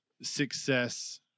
success